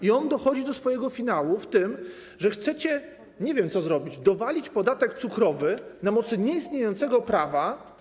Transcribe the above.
I on dochodzi do swojego finału, ma swój finał w tym, że chcecie, nie wiem, co zrobić, dowalić podatek cukrowy na mocy nieistniejącego prawa.